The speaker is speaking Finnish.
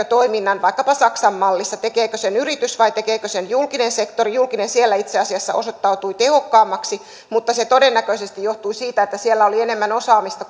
toiminnan vaikkapa saksan mallissa yritys vai tekeekö sen julkinen sektori julkinen siellä itse asiassa osoittautui tehokkaammaksi mutta se todennäköisesti johtui siitä että siellä oli enemmän osaamista